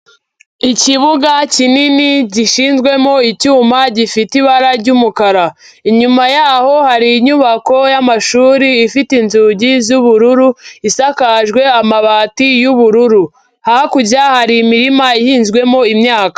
Ikibuga kinini gishyizwemo icyuma gifite ibara ry'umukara, inyuma yaho hari inyubako y'amashuri ifite inzugi z'ubururu isakajwe amabati y'ubururu, hakurya hari imirima ihinzwemo imyaka.